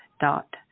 dot